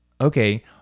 okay